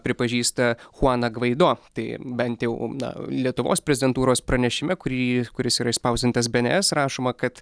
pripažįsta chuaną gvaido tai bent jau na lietuvos prezidentūros pranešime kurį kuris yra išspausdintas bns rašoma kad